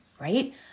right